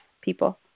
people